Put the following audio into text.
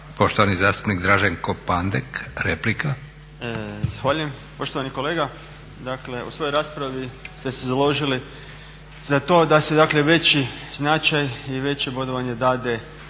Poštovani zastupnik Draženko Pandek, replika. **Pandek, Draženko (SDP)** Zahvaljujem poštovani kolega. Dakle, u svojoj raspravi ste se založili za to da se, dakle veći značaj i veće bodovanje dade